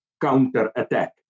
counterattack